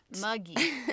Muggy